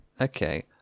Okay